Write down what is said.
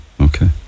okay